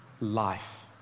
life